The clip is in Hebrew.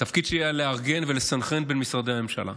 התפקיד שלי היה לארגן ולסנכרן בין משרדי הממשלה.